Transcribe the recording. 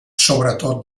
sobretot